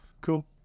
cool